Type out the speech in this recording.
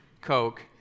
Coke